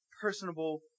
personable